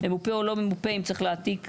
ממופה או לא ממופה אם צריך להעתיק,